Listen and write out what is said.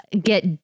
get